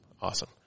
Awesome